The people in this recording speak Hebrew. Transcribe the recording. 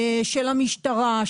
של המשטרה,